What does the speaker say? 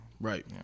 Right